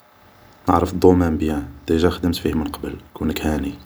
نعرف دومان بيان, ديجا خدمت فيه من قبل, كونك هاني